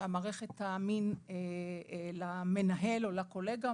שהמערכת תאמין למנהל או לקולגה.